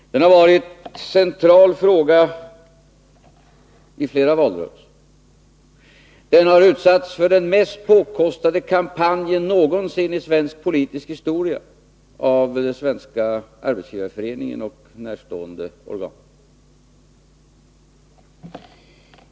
Den har varit en central fråga i flera valrörelser. Den har utsatts för den mest påkostade kampanjen någonsin i svensk politisk historia av Svenska Arbetsgivareföreningen och den närstående organ.